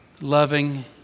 loving